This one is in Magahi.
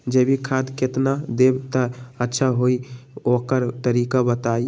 जैविक खाद केतना देब त अच्छा होइ ओकर तरीका बताई?